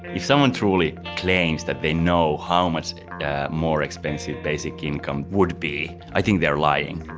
if someone truly claims that they know how much more expensive basic income would be, i think they're lying.